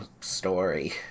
story